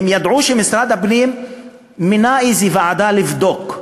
הם ידעו שמשרד הפנים מינה איזו ועדה לבדוק,